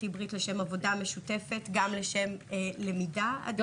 לשם עבודה משותפת ולשם למידה בין כל היוהל"מיות של כל הארגונים.